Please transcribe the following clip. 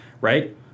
right